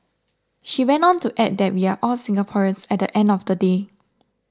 she went on to add that we are all Singaporeans at the end of the day